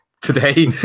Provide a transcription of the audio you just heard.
today